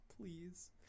please